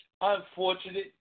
unfortunate